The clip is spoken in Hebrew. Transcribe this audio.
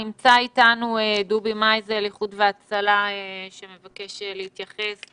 דב מייזל, איחוד והצלה, מבקש להתייחס.